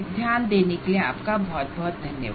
ध्यान देने के लिए आपका बहुत बहुत धन्यवाद